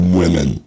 women